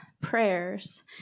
Prayers